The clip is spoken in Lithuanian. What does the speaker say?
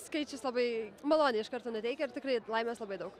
skaičius labai maloniai iš karto nuteikia ir tikrai laimės labai daug